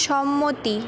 সম্মতি